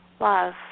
love